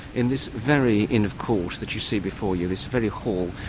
in this very inn of court that you see before you, this very hall,